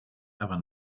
aber